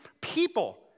people